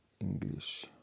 English